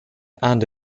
and